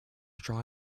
straw